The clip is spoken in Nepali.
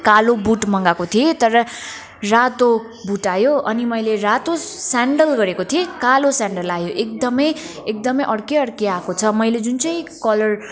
कालो बुट मगाएको थिएँ तर रातो बुट आयो अनि मैले रातो स्यान्डल गरेको थिएँ कालो स्यान्डल आयो एकदमै एकदमै अर्कै अर्कै आएको छ मैले जुन चाहिँ कलर